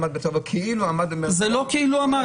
כאילו עמד --- זה לא כאילו עמד,